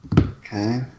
Okay